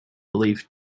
belief